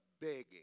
begging